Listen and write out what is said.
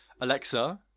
Alexa